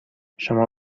شما